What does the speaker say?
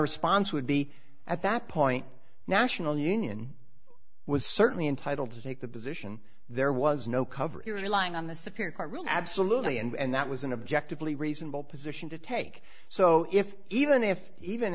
response would be at that point national union was certainly entitled to take the position there was no cover it was relying on the superior court rule absolutely and that was an objective lee reasonable position to take so if even if even